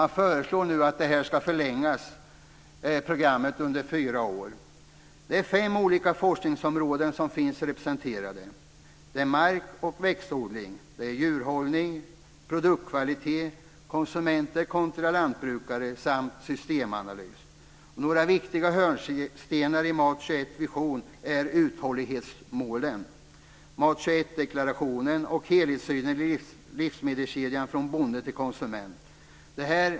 Man föreslår nu att programmet ska förlängas under fyra år. Det är fem olika forskningsområden som finns representerade. Det är mark och växtodling, djurhållning, produktkvalitet, konsumenter kontra lantbrukare samt systemanalys. Några viktiga hörnstenar i visionen för MAT 21 är uthållighetsmålen, MAT 21 deklarationen och helhetssynen på livsmedelskedjan från bonde till konsument.